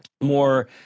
more